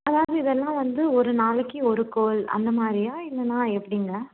அதாவது இதெல்லாம் வந்து ஒரு நாளைக்கு ஒரு கோவில் அந்த மாதிரியா இல்லைன்னா எப்படிங்க